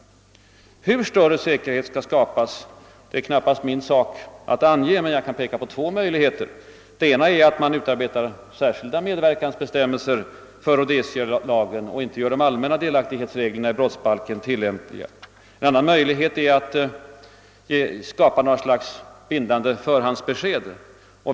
Hur större säkerhet skall kunna skapas är väl knappast min sak att avgöra. Men jag kan peka på två möjligheter. Den ena är att utarbeta särskilda med verkansregler för Rhodesialagen och att inte göra de allmänna delaktighetsreglerna i brottsbalken tillämpliga på detta område. Den andra möjligheten är att skapa något slags bindande förhandsbesked.